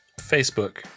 Facebook